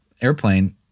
airplane